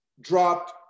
dropped